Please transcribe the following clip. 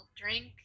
drink